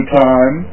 time